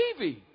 TV